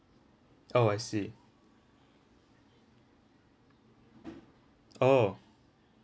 oh I see orh